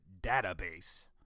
Database